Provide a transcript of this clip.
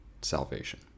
Salvation